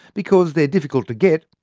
because they are difficult to get,